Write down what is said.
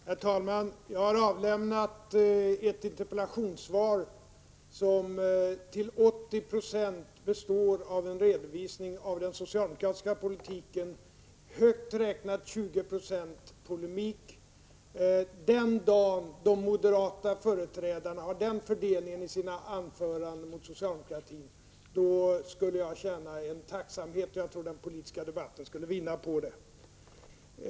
Herr talman! Jag har avlämnat ett interpellationssvar som till 80 96 består av en redovisning av den socialdemokratiska politiken och till 20 96, högt räknat, av polemik. Den dag då moderata företrädare hade denna fördelning isina anföranden mot socialdemokratin skulle jag känna tacksamhet, och jag tror att den politiska debatten skulle vinna på den fördelningen.